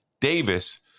Davis